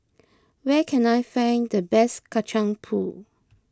where can I find the best Kacang Pool